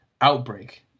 outbreak